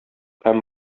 һәм